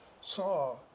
saw